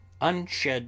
unshed